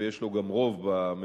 ויש לו גם רוב בממשלה.